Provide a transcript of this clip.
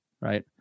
right